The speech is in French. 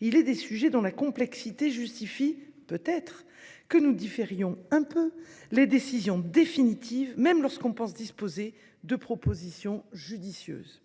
il est des sujets dont la complexité justifie peut-être que nous différions quelque peu les décisions définitives, même lorsque l'on pense disposer de propositions judicieuses.